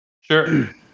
Sure